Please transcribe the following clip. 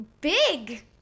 big